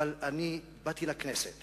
באתי לכנסת